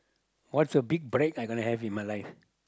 what's the big break I gonna have in my life